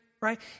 right